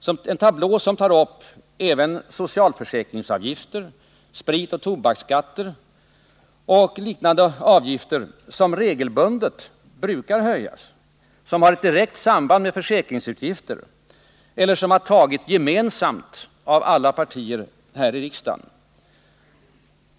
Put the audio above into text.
I den tablån tas upp även socialförsäkringsavgifter, spritoch tobaksskatter samt liknande avgifter, vilka regelbundet brukar höjas, som har ett direkt samband med försäkringsutgifter eller som alla partier gemensamt har fattat beslut om här i riksdagen.